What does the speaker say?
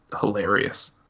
hilarious